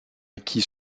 acquis